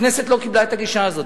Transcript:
הכנסת לא קיבלה את הגישה הזאת.